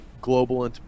global